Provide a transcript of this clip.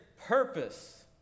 purpose